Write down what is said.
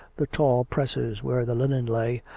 the tall presses where the linen lay,